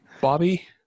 bobby